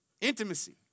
Intimacy